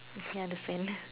isn't that the same